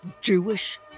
Jewish